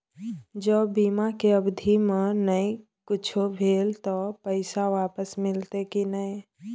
ज बीमा के अवधि म नय कुछो भेल त पैसा वापस मिलते की नय?